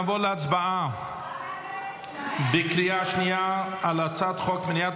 נעבור להצבעה בקריאה השנייה על הצעת חוק מניעת